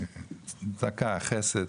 צדקה, חסד,